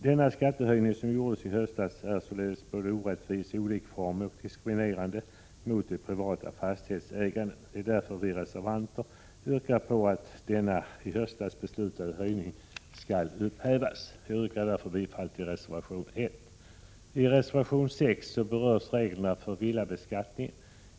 Den skattehöjning som genomfördes i höstas är således både orättvis, olikformig och diskriminerande mot det privata fastighetsägandet. Det är därför vi reservanter yrkar att den i höstas beslutade höjningen skall upphävas. Jag yrkar härmed bifall till reservation 1. I reservation 6 berörs reglerna för villabeskattning.